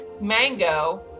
mango